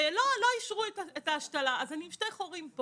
לא היה להם מושג שהם זכאים לקבל שירותי שיקום.